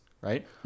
right